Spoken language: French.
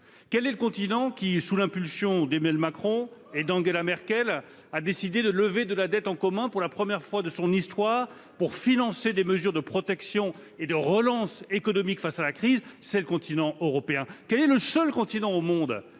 Quel est le continent qui, sous l'impulsion d'Emmanuel Macron et d'Angela Merkel, a décidé de lever de la dette en commun pour la première fois de son histoire, afin de financer des mesures de protection et de relance économique face à la crise ? C'est le continent européen. Quel est le seul continent au monde